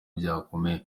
byakomeye